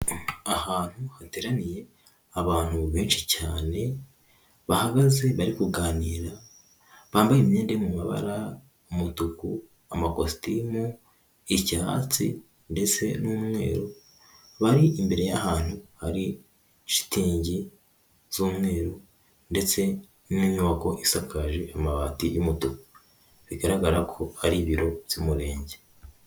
Ahantu hateraniye abantu benshi cyane, bahagaze bari kuganira, bambaye imyenda iri mu mabara umutuku, amakositimu y'icyatsi ndetse n'umweru, bari imbere y'ahantu hari shitingi z'umweru ndetse n'inyubako isakaje amabati y'umutuku, bigaragara ko ari ibiro by'Umurenge.